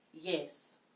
Yes